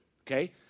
okay